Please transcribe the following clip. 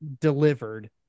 delivered